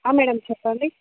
madam చెప్పండి